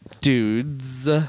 dudes